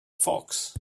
fox